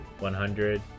100